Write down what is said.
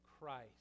Christ